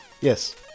Yes